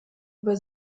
über